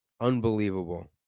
Unbelievable